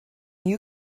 you